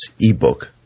ebook